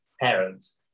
parents